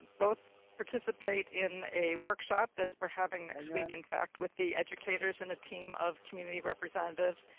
both participate in a workshop that we're having next week, in fact, with the educators and a team of community representatives.